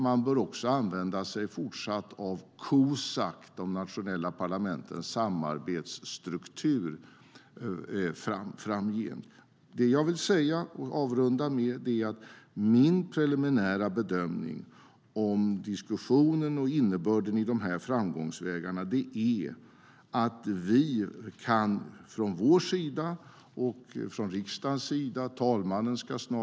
Man bör också framgent använda sig av Cosac, de nationella parlamentens samarbetsstruktur. Jag vill avrunda med min preliminära bedömning av diskussionen och innebörden i framgångsvägarna. Talmannen ska vara med i Cosacmöte med Cosacföreträdare de närmaste veckorna.